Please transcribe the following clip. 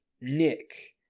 Nick